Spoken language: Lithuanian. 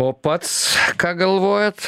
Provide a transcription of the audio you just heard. o pats ką galvojat